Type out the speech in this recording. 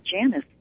Janice